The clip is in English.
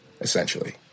essentially